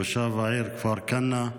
תושב העיר כפר כנא,